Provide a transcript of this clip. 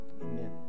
Amen